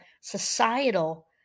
societal